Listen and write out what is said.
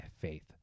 faith